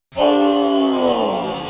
oh